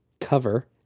cover